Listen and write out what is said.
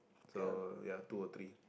so ya two or three